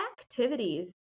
activities